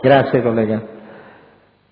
finestra").